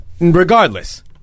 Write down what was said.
Regardless